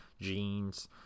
Jeans